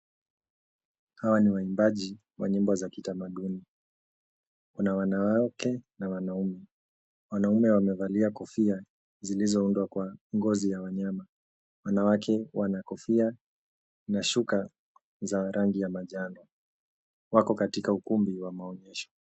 Hawa ni waimbaji wa nyimbo za kitamaduni. Kuna wanawake na wanaume. Wanaume wamevalia kofia zilizoundwa kwa ngozi ya wanyama. Wanawake wana kofia na shuka za rangi ya manjano, wako katika ukumbi wa maonyesho.